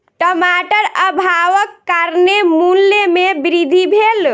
टमाटर अभावक कारणेँ मूल्य में वृद्धि भेल